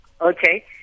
okay